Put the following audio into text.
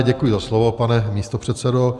Děkuji za slovo, pane místopředsedo.